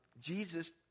Jesus